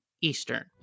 Eastern